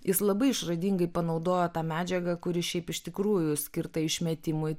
jis labai išradingai panaudojo tą medžiagą kuri šiaip iš tikrųjų skirta išmetimui